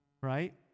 Right